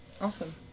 Awesome